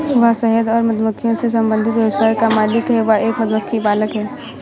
वह शहद और मधुमक्खियों से संबंधित व्यवसाय का मालिक है, वह एक मधुमक्खी पालक है